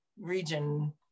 region